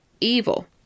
evil